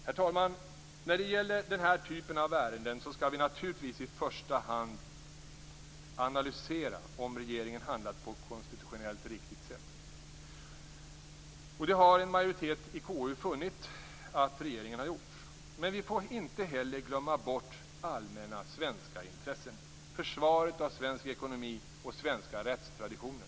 Herr talman! I denna typ av ärenden skall vi naturligtvis i första hand analysera om regeringen handlat på ett konstitutionellt riktigt sätt. Det har en majoritet i KU funnit att regeringen har gjort. Men vi får inte heller glömma bort allmänna svenska intressen, dvs. försvaret av svensk ekonomi och svenska rättstraditioner.